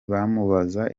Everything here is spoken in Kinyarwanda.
bamubaza